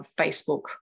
Facebook